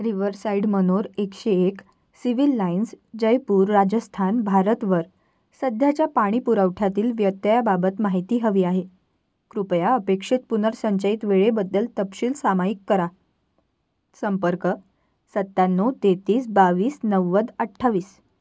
Riverside manor एकशे एक civil lines Jaipur Rajasthan भारतवर सध्याच्या पाणी पुरवठ्याातील व्यत्ययाबाबत माहिती हवी आहे कृपया अपेक्षित पुनर्संचयित वेळेबद्दल तपशील सामाईक करा संपर्क सत्याण्णव तेहतीस बावीस नव्वद अठ्ठावीस